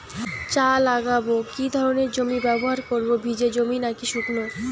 চা লাগাবো কি ধরনের জমি ব্যবহার করব ভিজে জমি নাকি শুকনো?